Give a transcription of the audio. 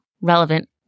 relevant